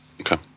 Okay